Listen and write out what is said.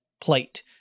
plate